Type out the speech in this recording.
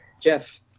Jeff